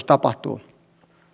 arvoisa puhemies